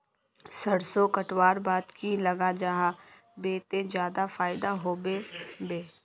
सरसों कटवार बाद की लगा जाहा बे ते ज्यादा फायदा होबे बे?